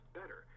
better